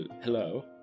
hello